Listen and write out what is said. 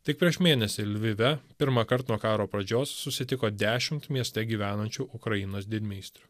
tik prieš mėnesį lvive pirmąkart nuo karo pradžios susitiko dešimt mieste gyvenančių ukrainos didmeistrių